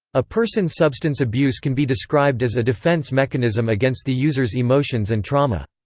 a person's substance abuse can be described as a defense mechanism against the user's emotions and trauma.